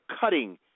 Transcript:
cutting